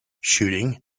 shooting